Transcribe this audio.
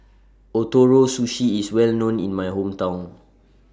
Ootoro Sushi IS Well known in My Hometown